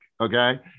okay